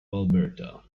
alberta